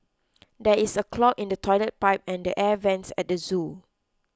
there is a clog in the Toilet Pipe and the Air Vents at the zoo